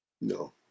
No